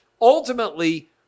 Ultimately